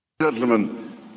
Gentlemen